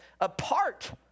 apart